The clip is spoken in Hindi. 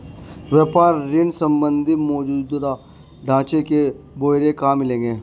व्यापार ऋण संबंधी मौजूदा ढांचे के ब्यौरे कहाँ मिलेंगे?